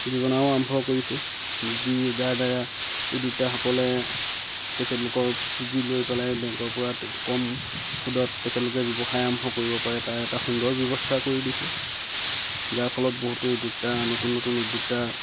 যোজনাও আৰম্ভ কৰিছে যাৰ দ্বাৰা উদ্যোক্তাসকলে তেখেতলোকৰ পুঁজি লৈ পেলাই বেংকৰপৰা কম সুদত তেখেতলোকে ব্যৱসায় আৰম্ভ কৰিব পাৰে তাৰ এটা সুন্দৰ ব্যৱস্থা কৰি দিছে যাৰ ফলত বহুতো উদ্যোক্তা নতুন নতুন উদ্যোক্তা